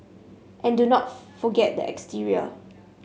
and do not forget the exterior